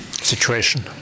situation